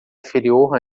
inferior